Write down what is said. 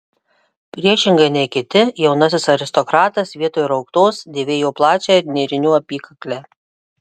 priešingai nei kiti jaunasis aristokratas vietoj rauktos dėvėjo plačią nėrinių apykaklę